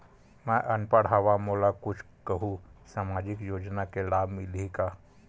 मैं अनपढ़ हाव मोला कुछ कहूं सामाजिक योजना के लाभ मिलही का?